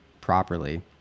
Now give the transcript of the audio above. properly